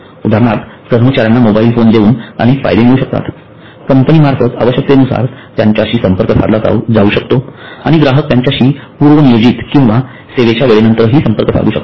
उदाहरणार्थ कर्मचार्यांना mobile phone देऊन अनेक फायदे मिळू शकतात कंपनीमार्फत आवश्यकतेनुसार त्यांच्याशी संपर्क साधला जाऊ शकतो आणि ग्राहक त्यांच्याशी पूर्वनियोजित किंवा सेवेच्या वेळेनंतरहि संपर्क साधू शकतात